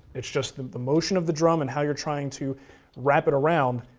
it's just the the motion of the drum and how you're trying to wrap it around,